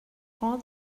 all